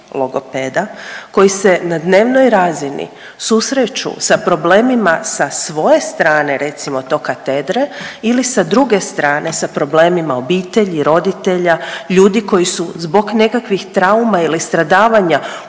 logopeda, koji se na dnevnoj razini susreću sa problemima sa svoje strane, recimo to, katedre, ili sa druge strane, sa problemima obitelji, roditelja, ljudi koji su zbog nekakvih trauma ili stradavanja